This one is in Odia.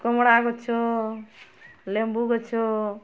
କମଳା ଗଛ ଲେମ୍ବୁ ଗଛ